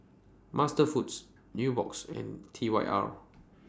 MasterFoods Nubox and T Y R